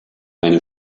eine